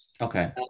Okay